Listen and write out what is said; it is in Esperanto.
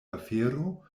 afero